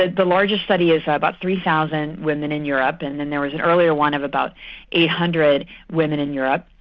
ah the largest study is ah about three thousand women in europe, and then there was an earlier one of about eight hundred women in europe.